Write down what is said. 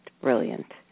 brilliant